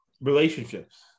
relationships